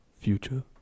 Future